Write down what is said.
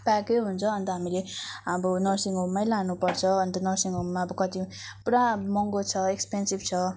प्याकै हुन्छ अन्त हामीले अब नर्सिङ होममै लानुपर्छ अन्त नर्सिङ होममा अब कति पुरा महँगो छ एक्सपेन्सिभ छ